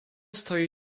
stoi